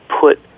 put